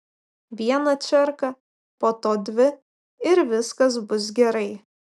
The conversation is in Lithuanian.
vieną čerką po to dvi ir viskas bus gerai